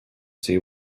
see